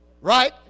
Right